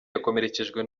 yakomerekejwe